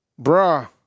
Bruh